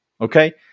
okay